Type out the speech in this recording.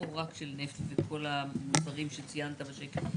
או רק של נפט ושל הדברים שציינת בשקף הקודם?